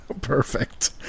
Perfect